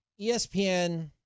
ESPN